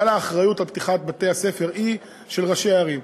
אבל האחריות לפתיחת בתי-הספר היא של ראשי העיר.